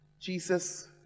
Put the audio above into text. Jesus